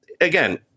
again